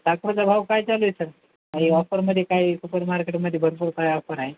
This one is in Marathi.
साखरेचा भाव काय चालू आहे सर आ ऑफरमध्ये काय सुपर मार्केटमध्ये भरपूर काय ऑफर आहे